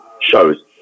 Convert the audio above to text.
shows